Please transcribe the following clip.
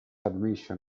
admission